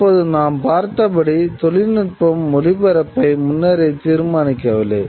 தற்போது நாம் பார்த்தபடி தொழில்நுட்பம் ஒளிபரப்பை முன்னரே தீர்மானிக்கவில்லை